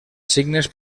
signes